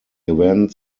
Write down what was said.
event